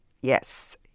yes